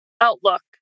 outlook